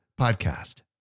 podcast